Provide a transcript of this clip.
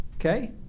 okay